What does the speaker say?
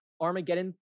Armageddon